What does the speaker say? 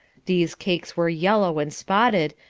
these cakes were yellow and spotted,